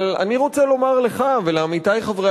אבל אני רוצה לומר לך ולעמיתי חברי